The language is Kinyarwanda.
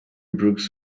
brooks